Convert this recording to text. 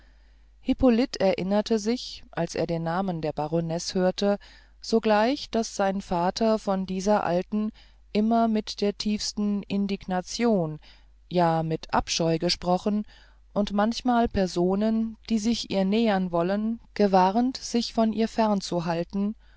hyppolit erinnerte sich als er den namen der baronesse hörte sogleich daß sein vater von dieser alten immer mit der tiefsten indignation ja mit abscheu gesprochen und manchmal personen die sich ihr nähern wollen gewarnt sich von ihr fernzuhalten